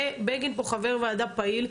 בגין פה חבר ועדה פעיל,